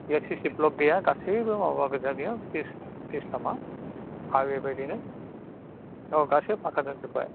बेयाव C C block गैया गासैबो माबा गोजा बियो फिस फिस लामा आरो बेबायदिनो अह गासै फाखा जाजोबबाय